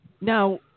Now